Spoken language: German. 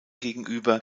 gegenüber